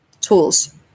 tools